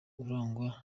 urangwa